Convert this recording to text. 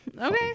Okay